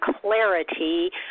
clarity